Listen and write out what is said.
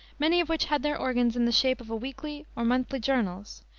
many of which had their organs in the shape of weekly or monthly journals,